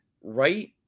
right